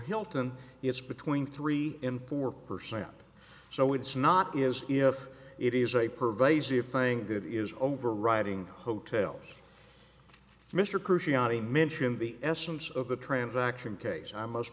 hilton it's between three and four percent so it's not as if it is a pervasive thing that is overriding hotels mr kershaw to mention the essence of the transaction case i must